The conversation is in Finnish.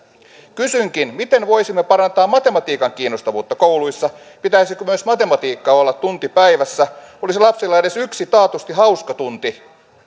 kysynkin miten voisimme parantaa matematiikan kiinnostavuutta kouluissa pitäisikö myös matematiikkaa olla tunti päivässä olisi lapsilla edes yksi taatusti hauska tunti